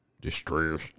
distress